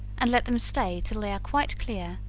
and let them stay till they are quite clear,